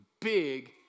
big